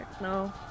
no